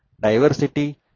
diversity